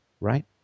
right